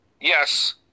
yes